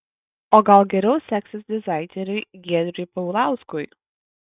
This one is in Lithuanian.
o gal geriau seksis dizaineriui giedriui paulauskui